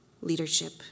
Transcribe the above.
leadership